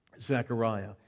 Zechariah